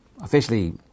officially